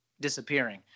disappearing